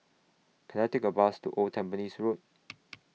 Can I Take A Bus to Old Tampines Road